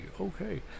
okay